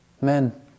Men